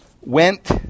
went